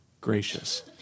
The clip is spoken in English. gracious